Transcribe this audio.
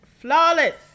flawless